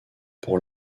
pour